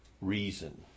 reason